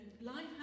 life